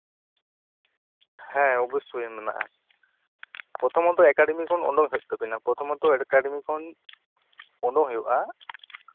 ᱦᱮᱸ ᱚᱵᱚᱥᱥᱳᱭ ᱢᱮᱱᱟᱜᱼᱟ ᱯᱨᱚᱛᱷᱚᱢᱚᱛᱚ ᱮᱠᱟᱰᱮᱢᱤ ᱠᱷᱚᱱ ᱩᱰᱩᱠ ᱦᱩᱭᱩᱜ ᱛᱟᱵᱤᱱᱟ ᱯᱨᱚᱛᱷᱚᱢᱚᱛ ᱮᱠᱟᱰᱮᱢᱤ ᱠᱷᱚᱱ ᱚᱰᱳᱜ ᱦᱩᱭᱩᱜᱼᱟ